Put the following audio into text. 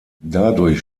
dadurch